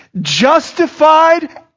justified